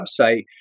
website